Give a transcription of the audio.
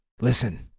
Listen